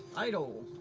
idle.